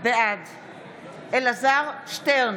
בעד אלעזר שטרן,